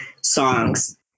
songs